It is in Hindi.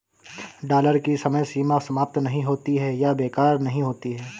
डॉलर की समय सीमा समाप्त नहीं होती है या बेकार नहीं होती है